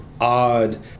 odd